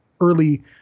early